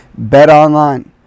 BetOnline